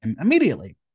immediately